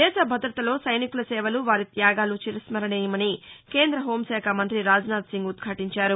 దేశభదతలో సైనికుల సేవలు వారి త్యాగాలు చిరస్మరణీయమని కేంద్ర హెూంశాఖ మంత్రి రాజ్నాథ్సింగ్ ఉద్ఘటించారు